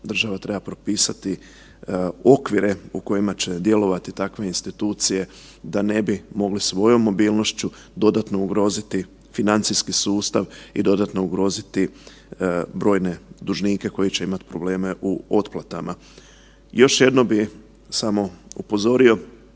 država treba propisati okvire u kojima će djelovati takve institucije da ne bi mogle svojom mobilnošću dodatno ugroziti financijski sustav i dodatno ugroziti brojne dužnike koji će imati probleme u otplatama. Još jednom bi samo upozorio,